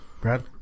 Brad